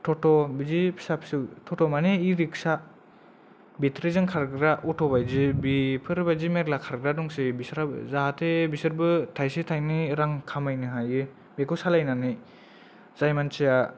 थ'थ' बिदि फिसा फिसौ थ'थ' मानि इ' रिगसा बेट्रिजों खारग्रा अ'थ' बेफोर बायदि मेरला खाग्रा दंसै बिसोरहा जाहाथे बिसोरबो थाइसे थायनै रां खामायनो हायो बिखौ सालायनानै